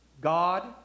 God